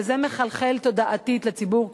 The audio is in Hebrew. וזה מחלחל תודעתית לציבור כולו,